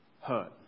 hurt